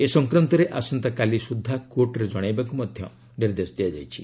ଏ ସଂକ୍ରାନ୍ତରେ ଆସନ୍ତାକାଲି ସୁଦ୍ଧା କୋର୍ଟରେ ଜଣାଇବାକୁ ମଧ୍ୟ ନିର୍ଦ୍ଦେଶ ଦିଆଯାଇଛି